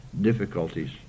difficulties